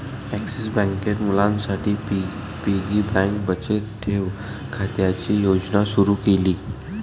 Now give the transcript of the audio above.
axis बँकेत मुलांसाठी piggy bank बचत ठेव खात्याची योजना सुरू केली